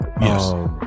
Yes